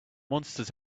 monsters